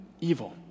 evil